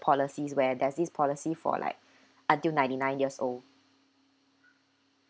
policies where there's this policy for like until ninety nine years old